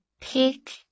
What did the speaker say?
Pick